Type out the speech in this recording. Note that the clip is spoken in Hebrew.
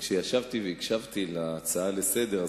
כשישבתי והקשבתי להצעות לסדר-היום,